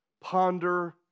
ponder